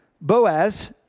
Boaz